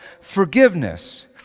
forgiveness